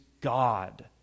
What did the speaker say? God